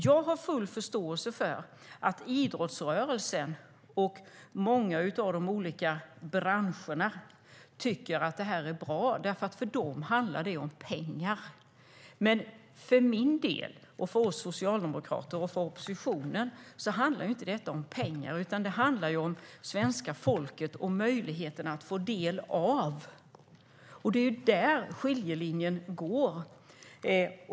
Jag har full förståelse för att idrottsrörelsen och många av de olika branscherna tycker att det här är bra. För dem handlar det nämligen om pengar. Men för min del, för oss socialdemokrater och för oppositionen handlar det inte om pengar, utan det handlar om svenska folket och möjligheten att ta del. Det är där skiljelinjen går.